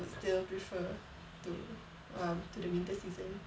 still prefer to um to the winter season